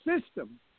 system